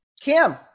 Kim